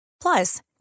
Plus